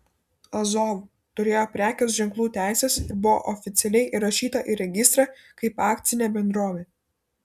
azov turėjo prekės ženklų teises ir buvo oficialiai įrašyta į registrą kaip akcinė bendrovė